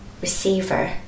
receiver